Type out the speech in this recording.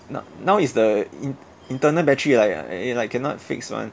now now is the in~ internal battery like it like cannot fix [one]